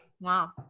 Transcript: Wow